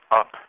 up